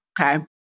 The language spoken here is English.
Okay